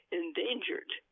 endangered